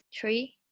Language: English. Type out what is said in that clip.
Three